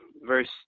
verse